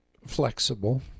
flexible